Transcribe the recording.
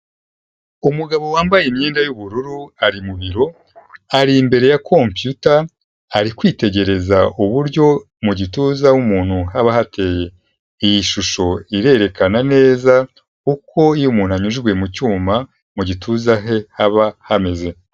Umugabo wambaye imyenda y'ubururu ari mu biro, ari imbere ya computer, ari kwitegereza uburyo mu gituza h'umuntu haba hateye. Iyi shusho irerekana neza, uko iyo umuntu anyujijwe mu cyuma mu gituza he haba hameze.